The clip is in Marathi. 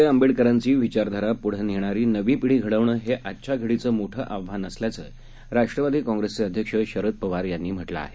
शाह फुले आंबेडकरांची विचारधारा पुढं नेणारी नवी पिढी घडवणं हे आजच्या घडीचं सर्वात मोठं आव्हान असल्याचं राष्ट्रवादी काँग्रेसचे अध्यक्ष शरद पवार यांनी म्हटलं आहे